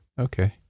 Okay